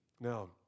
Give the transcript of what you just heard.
Now